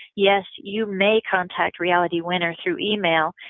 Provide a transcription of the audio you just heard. yes, you may contact reality winner through email,